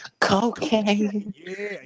cocaine